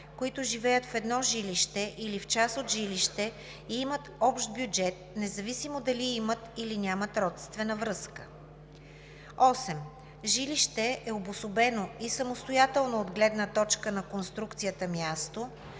които живеят в едно жилище или в част от жилище и имат общ бюджет, независимо дали имат, или нямат родствена връзка. 8. „Жилище“ е обособено и самостоятелно от гледна точка на конструкцията място,